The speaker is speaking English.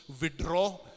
withdraw